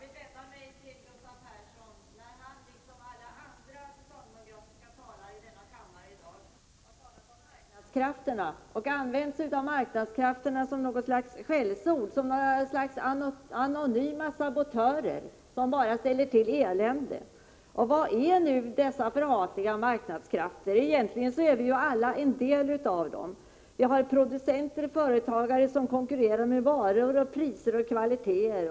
Herr talman! Jag vill vända mig till Gustav Persson och protestera mot att han, liksom alla andra socialdemokratiska talare i denna kammare i dag, använder sig av ”marknadskrafterna” som något slags skällsord, som en beteckning för någon sorts anonyma sabotörer som bara ställer till elände. Vad är nu dessa förhatliga ”marknadskrafter” för någonting? Egentligen är vi ju alla en del av dem. Vi har producenter och företagare som konkurrerar med varor, priser och kvaliteter.